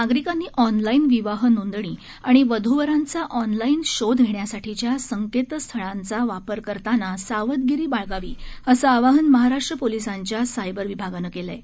नागरिकांनी ऑनलाईन विवाह नोंदणी आणि वध्वरांचा ऑनलाईन शोध घेण्यासाठीच्या संकेतस्थळांचा वापर करताना सावधगिरी बाळगावी असं आवाहन महाराष्ट्र पोलीसांच्या सायबर विभागानं केलं आहे